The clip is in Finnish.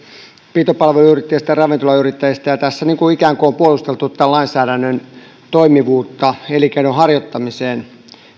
pitopalveluyrittäjistä ja ravintolayrittäjistä ja tässä on ikään kuin puolusteltu tämän lainsäädännön toimivuutta elinkeinon harjoittamisessa